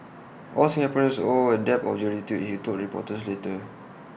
all Singaporeans owe A debt of gratitude he told reporters later